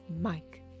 Mike